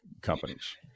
companies